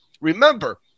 Remember